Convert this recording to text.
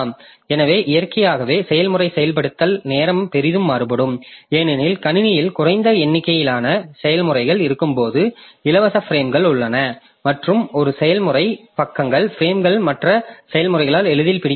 எனவே இயற்கையாகவே செயல்முறை செயல்படுத்தல் நேரம் பெரிதும் மாறுபடும் ஏனெனில் கணினியில் குறைந்த எண்ணிக்கையிலான செயல்முறைகள் இருக்கும்போது இலவச பிரேம்கள் உள்ளன மற்றும் ஒரு செயல்முறை பக்கங்களின் பிரேம்கள் மற்ற செயல்முறைகளால் எளிதில் பிடிக்கப்படாது